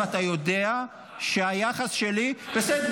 ואתה יודע שהיחס שלי --- פעמיים ----- בסדר,